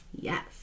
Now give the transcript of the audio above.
Yes